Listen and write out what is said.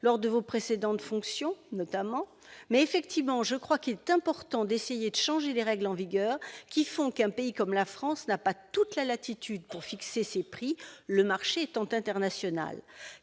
lors de vos précédentes fonctions, notamment, mais il est important d'essayer de changer les règles en vigueur qui font qu'un pays comme la France n'a pas toute latitude pour fixer ses prix, le marché étant international.